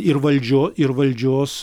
ir valdžio ir valdžios